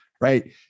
right